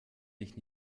dich